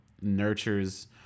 nurtures